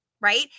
Right